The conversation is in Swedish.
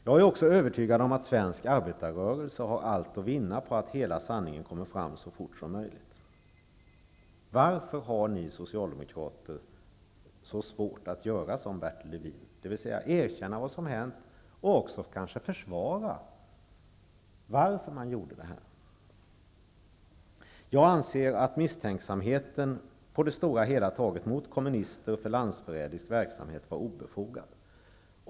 Jag är övertygad om att också svensk arbetarrörelse har allt att vinna på att hela sanningen kommer fram så fort som möjligt. Varför har ni socialdemokrater så svårt att göra som Bertil Lewin, dvs. att erkänna vad som hänt och kanske försvara motiven? Jag anser att misstänksamheten på det stora hela taget mot kommunister för landsförrädisk verksamhet var obefogad.